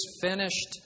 finished